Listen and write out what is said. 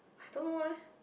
I don't know what leh